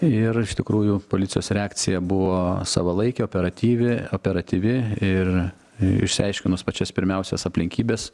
ir iš tikrųjų policijos reakcija buvo savalaikė operatyvi operatyvi ir išsiaiškinus pačias pirmiausias aplinkybes